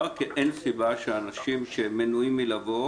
כי אין סיבה שאנשים שהם מנועים מלבוא,